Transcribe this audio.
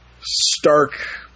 stark